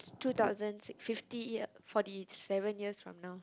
two thousand six fifty year forty seven years from now